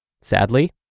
Sadly